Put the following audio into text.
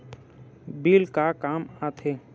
Bill का काम आ थे?